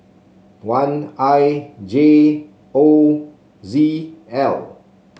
one I J O Z L